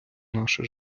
наше